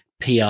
PR